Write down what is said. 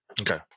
Okay